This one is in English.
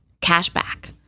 Cashback